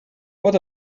what